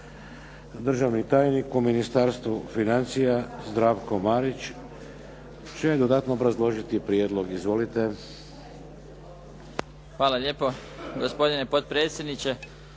Državni tajnik u Ministarstvu financija, Zdravko Marić će dodatno obrazložiti prijedlog. Izvolite. **Marić, Zdravko** Hvala lijepo gospodine potpredsjedniče,